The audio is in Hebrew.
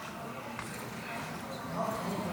ברור.